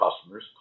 customers